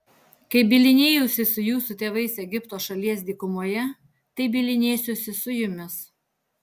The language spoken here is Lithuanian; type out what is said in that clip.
kaip bylinėjausi su jūsų tėvais egipto šalies dykumoje taip bylinėsiuosi su jumis